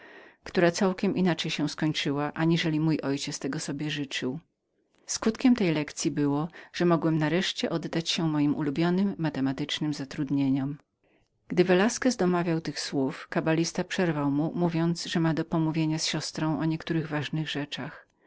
która całkiem inaczej się skończyła aniżeli mój ojciec tego sobie życzył skutkiem tej lekcyi było że mogłem nareszcie oddać się moim ulubionym matematycznym zatrudnieniom gdy velasquez domawiał tych słów kabalista przerwał mu mówiąc że ma do pomówienia z siostrą o niektórych ważnych rzeczach